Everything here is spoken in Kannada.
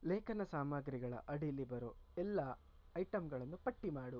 ಲೇಖನ ಸಾಮಗ್ರಿಗಳ ಅಡಿಲಿ ಬರೋ ಎಲ್ಲ ಐಟಮ್ಗಳನ್ನು ಪಟ್ಟಿ ಮಾಡು